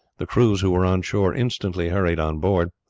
the crews who were on shore instantly hurried on board.